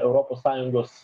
europos sąjungos